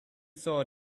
saw